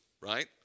right